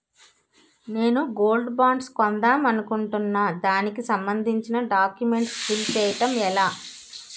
నేను gold bonds కొందాం అనుకుంటున్నా దానికి సంబందించిన డాక్యుమెంట్స్ ఫిల్ చేయడం ఎలా?